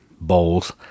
bowls